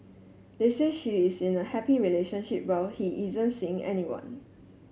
they said she is in a happy relationship while he isn't seeing anyone